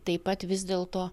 taip pat vis dėlto